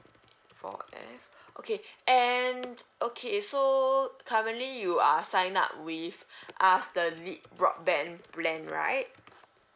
four F okay and okay so currently you are signed up with us the lead broadband plan right